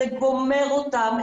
זה גומר אותם,